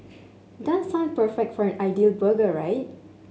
does sound perfect for an ideal burger right